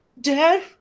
dad